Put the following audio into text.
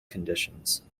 conditions